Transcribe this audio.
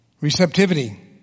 Receptivity